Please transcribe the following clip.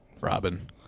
Robin